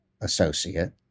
associate